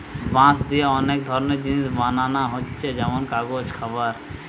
বাঁশ দিয়ে অনেক ধরনের জিনিস বানানা হচ্ছে যেমন কাগজ, খাবার